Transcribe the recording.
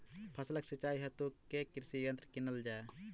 फसलक सिंचाई हेतु केँ कृषि यंत्र कीनल जाए?